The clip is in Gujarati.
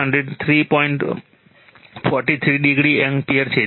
43o એમ્પીયર છે